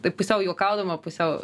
taip pusiau juokaudama pusiau